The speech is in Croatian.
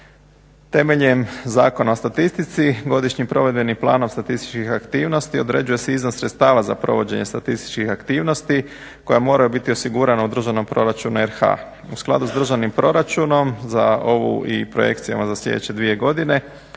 Temeljem Zakona o statistici Godišnjim provedbenim planom statističkih aktivnosti određuje se iznos sredstava za provođenje statističkih aktivnosti koja moraju biti osigurana u državnom proračunu RH. U skladu sa državnim proračunom za ovu i projekcijama za sljedeće dvije godine